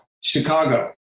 Chicago